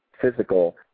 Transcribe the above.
physical